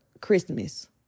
Christmas